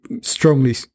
strongly